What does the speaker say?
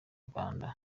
rwanda